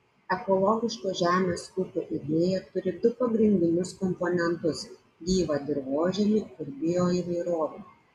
ekologiško žemės ūkio idėja turi du pagrindinius komponentus gyvą dirvožemį ir bioįvairovę